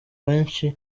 benshi